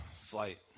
Flight